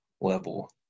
level